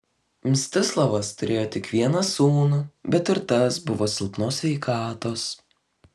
mstislavas turėjo tik vieną sūnų bet ir tas buvo silpnos sveikatos